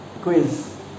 quiz